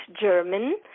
German